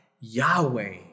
Yahweh